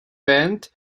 band